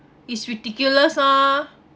is ridiculous ah